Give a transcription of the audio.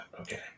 okay